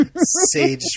sage